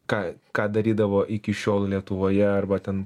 ką ką darydavo iki šiol lietuvoje arba ten